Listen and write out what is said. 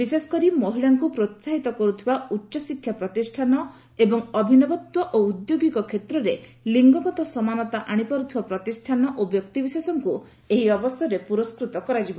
ବିଶେଷକରି ମହିଳାଙ୍କୁ ପ୍ରୋସାହିତ କରୁଥିବା ଉଚ୍ଚଶିକ୍ଷା ପ୍ରତିଷ୍ଠାନ ଏବଂ ଅଭିନବତ୍ୱ ଓ ଉଦ୍ୟୋଗିକ କ୍ଷେତ୍ରରେ ଲିଙ୍ଗଗତ ସମାନତା ଆଣିପାରୁଥିବା ପ୍ରତିଷ୍ଠାନ ଓ ବ୍ୟକ୍ତିବିଶେଷଙ୍କୁ ଏହି ଅବସରରେ ପୁରସ୍କୃତ କରାଯିବ